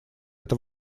это